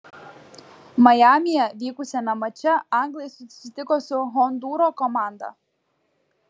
majamyje vykusiame mače anglai susitiko su hondūro komanda